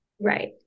Right